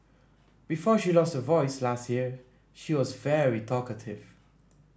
before she lost her voice last year she was very talkative